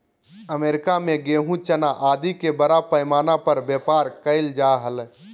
America में गेहूँ, चना आदि के बड़ा पैमाना पर व्यापार कइल जा हलय